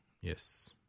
Yes